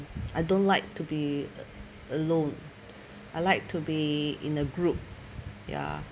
I don't like to be a~ alone I like to be in a group ya